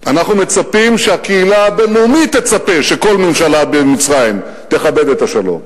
אנחנו מצפים שהקהילה הבין-לאומית תצפה שכל ממשלה במצרים תכבד את השלום.